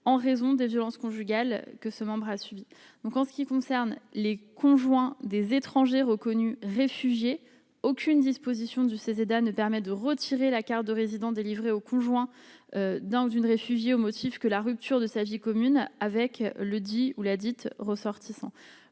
en raison des violences conjugales que ce membre a suivi donc en ce qui concerne les conjoints des étrangers reconnus réfugiés aucune disposition du Ceseda ne permet de retirer la carte de résident délivrée au conjoint dans une réfugiée au motif que la rupture de sa vie commune avec le dit ou la dite ressortissants